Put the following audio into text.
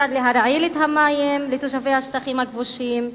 אפשר להרעיל את המים לתושבי השטחים הכבושים,